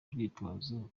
rwitwazo